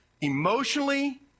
emotionally